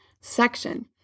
section